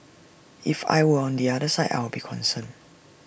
if I were on the other side I'll be concerned